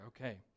Okay